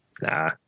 Nah